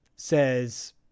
says